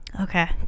okay